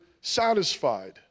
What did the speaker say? satisfied